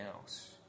else